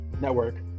network